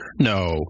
No